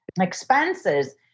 expenses